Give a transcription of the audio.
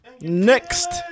Next